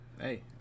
Hey